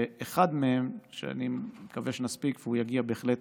אחד מהם, אני מקווה שנספיק, יגיע בהחלט